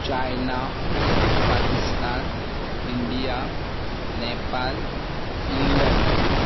China Pakistan India Nepal England